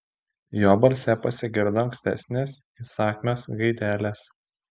jo balse pasigirdo ankstesnės įsakmios gaidelės